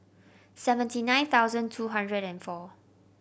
seventy nine thousand two hundred and four